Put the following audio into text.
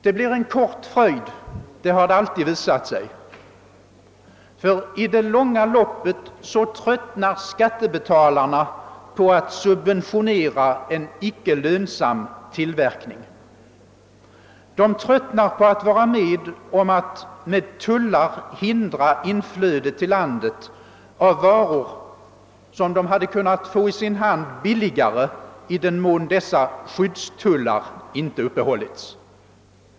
Det har alltid visat sig att fröjden blir kort. I det långa loppet tröttnar nämligen skattebetalarna på att subventionera en icke lönsam tillverkning. De tröttnar på att med tullar hindra inflödet till landet av varor som de hade kunnat få i sina händer billigare, om inte skyddstullarna hade funnits.